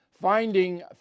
Finding